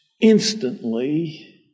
instantly